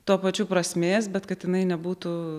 tuo pačiu prasmės bet kad jinai nebūtų